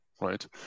right